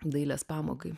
dailės pamokai